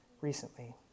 recently